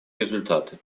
результаты